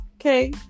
okay